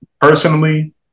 personally